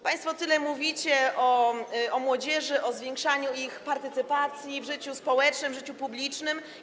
Państwo tyle mówicie o młodzieży, o zwiększaniu ich partycypacji w życiu społecznym, życiu publicznym.